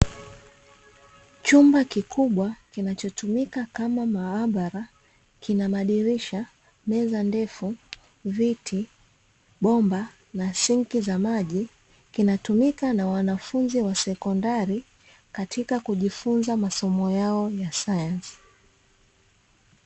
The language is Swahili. Chumba kikubwa kinachotumika kama maabara kina madirisha, meza ndefu , viti, bomba na sinki za maji kinatumika na wanafunzi wa sekondari katika kujifunza masomo yao ya sayansi.